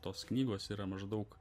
tos knygos yra maždaug